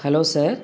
hello sir